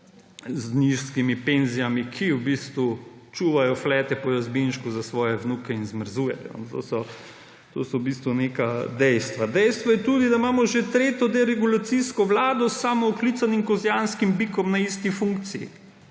z nizkimi penzijami, ki v bistvu čuvajo flete po Jazbinšku za svoje vnuke in zmrzujejo. To so v bistvu neka dejstva. Dejstvo je tudi, da imamo že tretjo deregulacijsko vlado s samooklicanim kozjanskim bikom na isti funkciji.